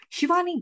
Shivani